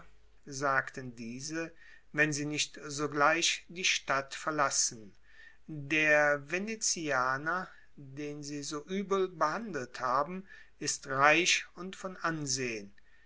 sagten diese wenn sie nicht sogleich die stadt verlassen der venezianer den sie so übel behandelt haben ist reich und von ansehen